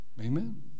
Amen